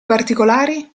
particolari